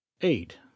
eight